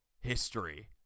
history